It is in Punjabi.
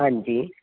ਹਾਂਜੀ